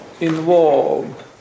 involved